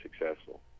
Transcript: successful